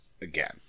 again